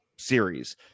series